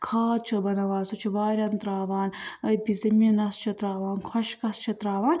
کھاد چھِ بَناوان سُہ چھِ واریٚن ترٛاوان ٲبی زٔمیٖنَس چھِ ترٛاوان خۄشکَس چھِ ترٛاوان